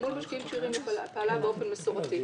מול משקיעים כשירים היא פעלה באופן מסורתי.